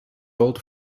old